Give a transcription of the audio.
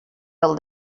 del